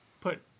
put